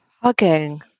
Hugging